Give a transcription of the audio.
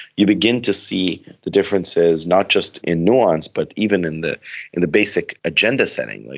you begin to see the differences not just in nuance but even in the in the basic agenda setting. like